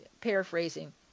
paraphrasing